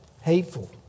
hateful